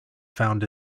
found